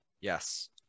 Yes